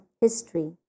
history